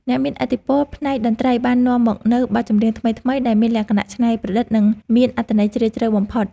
អ្នកមានឥទ្ធិពលផ្នែកតន្ត្រីបាននាំមកនូវបទចម្រៀងថ្មីៗដែលមានលក្ខណៈច្នៃប្រឌិតនិងមានអត្ថន័យជ្រាលជ្រៅបំផុត។